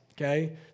okay